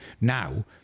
Now